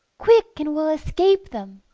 quick, and we'll escape them,